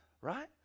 right